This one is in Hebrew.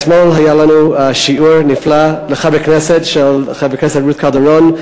אתמול היה לנו שיעור נפלא של חברת הכנסת רות קלדרון.